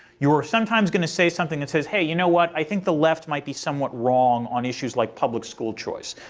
you are sometimes going to say something that says, hey, you know what, i think the left might be somewhat wrong on issues like public school choice.